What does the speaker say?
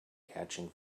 catching